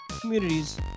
communities